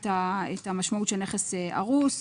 את המשמעות של נכס הרוס.